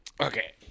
Okay